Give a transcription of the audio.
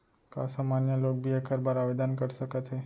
का सामान्य लोग भी एखर बर आवदेन कर सकत हे?